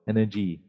Energy